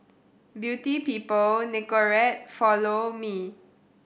Beauty People Nicorette Follow Me